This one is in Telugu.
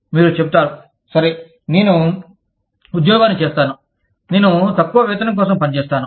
మీరు చెబుతారు సరే నేను ఉద్యోగాన్ని చేస్తాను నేను తక్కువ వేతనం కోసం పని చేస్తాను